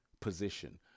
position